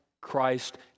Christ